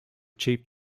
chief